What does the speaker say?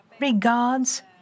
regards